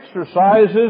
exercises